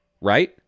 right